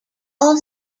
are